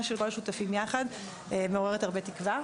של כל השותפים יחד והיא מעוררת הרבה תקווה.